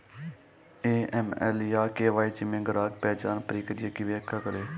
AML या KYC में ग्राहक पहचान प्रक्रिया की व्याख्या करें?